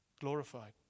glorified